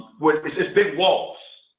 with the big walls,